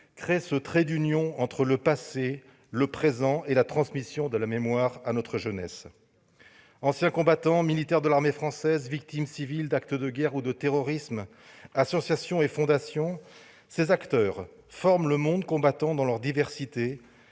crée ce trait d'union entre le passé, le présent et la transmission de la mémoire à notre jeunesse. Anciens combattants, militaires de l'armée française, victimes civiles d'actes de guerre ou de terrorisme, associations et fondations : ces acteurs constituent le monde combattant dans sa diversité,